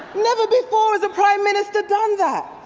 never before has a prime minister done that.